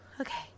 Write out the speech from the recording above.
okay